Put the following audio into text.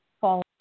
fall